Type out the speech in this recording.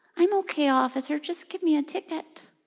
i'm ok, officer, just give me a ticket.